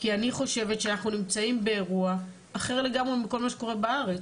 כי אני חושבת שאנחנו נמצאים באירוע אחר לגמרי מכל מה שקורה בארץ,